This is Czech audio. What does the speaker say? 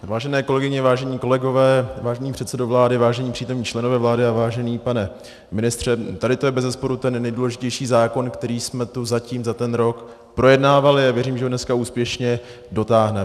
Vážené kolegyně, vážení kolegové, vážený předsedo vlády, vážení přítomní členové vlády a vážený pane ministře, tady to je bezesporu ten nejdůležitější zákon, který jsme tu zatím za ten rok projednávali, a věřím, že ho dneska úspěšně dotáhneme.